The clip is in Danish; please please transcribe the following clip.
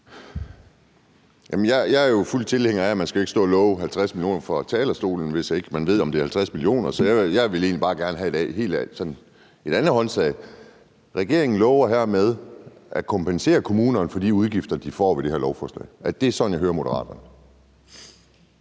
Jeg er jo fuldt ud tilhænger af, at man ikke skal stå og love 50 mio. kr. fra talerstolen, hvis ikke man ved, om det er 50 mio. kr. Så jeg vil egentlig bare gerne have håndslag på noget andet. Regeringen lover hermed at kompensere kommunerne for de udgifter, de får ved det her lovforslag. Er det sådan, jeg hører Moderaterne?